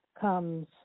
comes